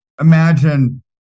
imagine